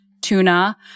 tuna